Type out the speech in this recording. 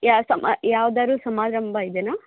ಯಾವ್ದಾದ್ರು ಸಮಾರಂಭ ಇದೆಯಾ